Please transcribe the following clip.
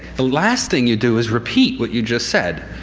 the last thing you do is repeat what you just said.